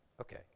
Okay